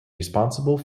responsible